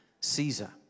Caesar